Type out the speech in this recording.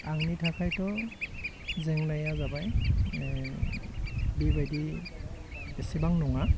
आंनि थाखायथ' जेनाया जाबाय बेबायदि एसेबां नङा